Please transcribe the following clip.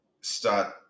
start